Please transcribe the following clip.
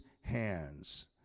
hands